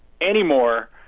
anymore